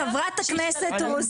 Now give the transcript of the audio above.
חברת הכנסת רוזין,